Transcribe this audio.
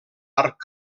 arc